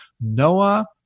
Noah